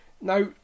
Now